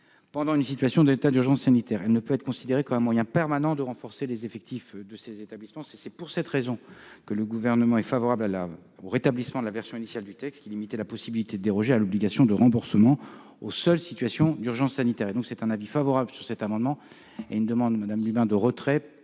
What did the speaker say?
pendant une situation d'état d'urgence sanitaire ; elle ne peut être considérée comme un moyen permanent de renforcer les effectifs de ces établissements. Pour cette raison, le Gouvernement est favorable au rétablissement de la version initiale du texte, qui limitait la possibilité de déroger à l'obligation de remboursement aux seules situations d'urgence sanitaire. Avis favorable, donc, sur l'amendement n° 103 rectifié